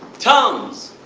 tums!